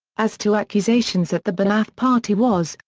as to accusations that the ba'ath party was,